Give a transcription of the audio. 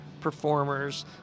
performers